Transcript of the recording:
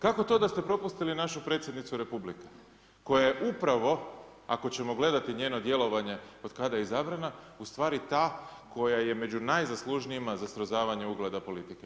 Kako to da ste propustili našu predsjednicu Republike, koja je upravo, ako ćemo gledati njeno djelovanje od kada je izabrana, ustvari ta koja je među najzaslužnijima za smrzavanje ugleda politike.